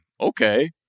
okay